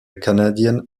canadian